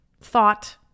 thought